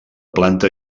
planta